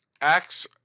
Acts